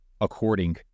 According